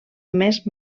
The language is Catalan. més